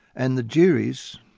and the juries